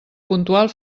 puntual